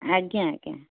ଆଜ୍ଞା ଆଜ୍ଞା